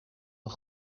een